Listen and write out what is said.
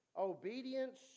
Obedience